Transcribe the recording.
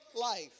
life